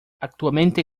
actualmente